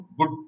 good